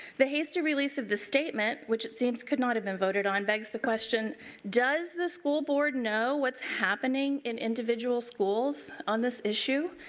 the hasty release of the statement which seems could not have been voted on begs the question does the school board know what is happening in individual schools on this issue?